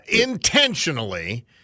intentionally